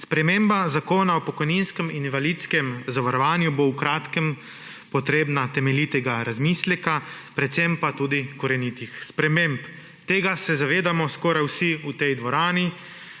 Sprememba zakona o pokojninskem in invalidskem zavarovanju bo v kratkem potrebna temeljitega razmisleka, predvsem pa tudi korenitih sprememb. Tega se zavedamo skoraj vsi v tej dvorani,